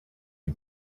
you